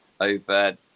over